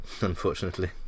unfortunately